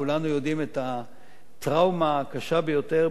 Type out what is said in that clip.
כולנו יודעים את הטראומה הקשה ביותר,